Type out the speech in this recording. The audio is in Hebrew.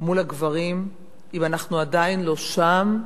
מול הגברים, אם אנחנו עדיין לא שם,